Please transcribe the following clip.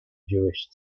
jewish